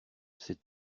c’est